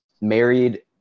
married